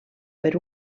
per